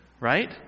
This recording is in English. Right